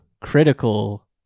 critical